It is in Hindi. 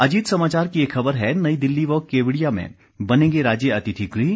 अजीत समाचार की एक खबर है नई दिल्ली व केवड़िया में बनेंगे राज्य अतिथि गृह